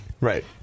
Right